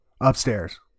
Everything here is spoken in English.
upstairs